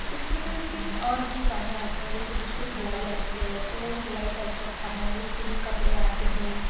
इस प्रकार के और भी कार्य आते हैं जैसे जिसको सिलाई आती है तो वो सिलाई कर सकता है उसके लिए कपड़े आते हैं